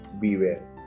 beware